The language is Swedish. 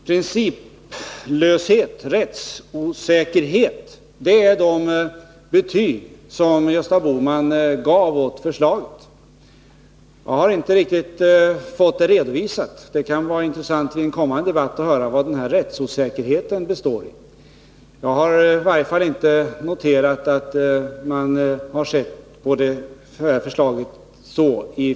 Principlöshet och rättsosäkerhet är de betyg som Gösta Bohman gav förslaget. Jag har inte riktigt fått detta redovisat. Det kan vara intressant att i en kommande debatt få höra vad denna rättsosäkerhet består i. Jag har i varje fall inte noterat att remissinstanserna har sett så på detta förslag.